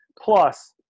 plus